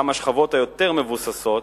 גם השכבות היותר מבוססות,